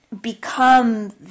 become